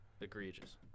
Egregious